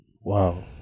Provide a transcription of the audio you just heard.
Wow